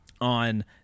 on